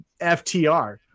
FTR